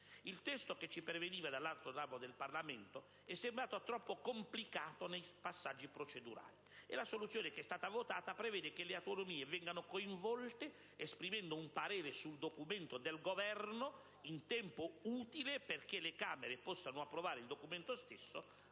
Il testo che ci perveniva dall'altro ramo del Parlamento è sembrato troppo complicato nei passaggi procedurali, e la soluzione che è stata votata prevede che le autonomie vengano coinvolte esprimendo un parere sul documento del Governo in tempo utile perché le Camere possano approvare il documento stesso,